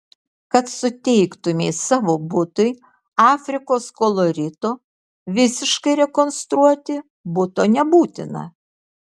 kad suteiktumei savo butui afrikos kolorito visiškai rekonstruoti buto nebūtina